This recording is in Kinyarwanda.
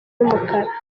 n’umukara